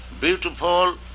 beautiful